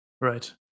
Right